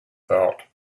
thought